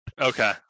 okay